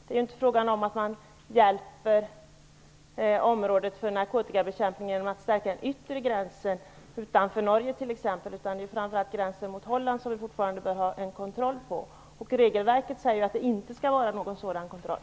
Det är inte fråga om att hjälpa till med narkotikabekämpningen inom området genom att stärka den yttre gränsen, t.ex. den utanför Norge. Det är framför allt gränsen mot Holland som vi fortfarande bör ha kontroll på. Enligt regelverket skall det inte finnas någon sådan kontroll.